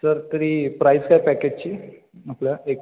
sir तरी price काय पॅकेजची आपला एक